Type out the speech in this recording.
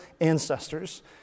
ancestors